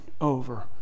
over